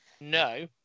no